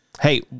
Hey